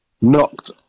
knocked